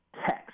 text